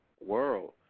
world